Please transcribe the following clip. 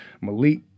Malik